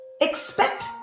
Expect